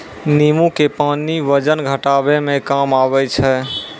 नेंबू के पानी वजन घटाबै मे काम आबै छै